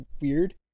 weird